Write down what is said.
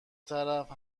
طرف